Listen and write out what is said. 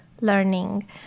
learning